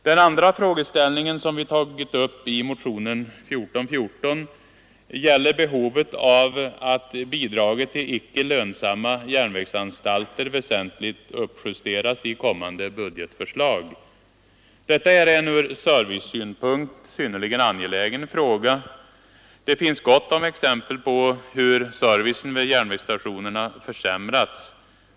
Den andra frågan som vi tagit upp i motionen 1414 gäller behovet av att bidraget till icke lönsamma järnvägsanstalter väsentligt uppjusteras i kommande budgetförslag. Detta är en från servicesynpunkt synnerligen angelägen fråga. Det finns gott om exempel på hur servicen vid järnvägsstationerna försämrats.